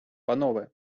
панове